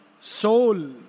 soul